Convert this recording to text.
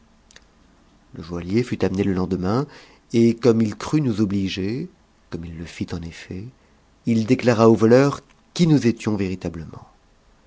tort joaillier fut amené le lendemain et comme il crut nous obliger comme il le fit en effet il déclara aux voleurs qui nous étions véritablej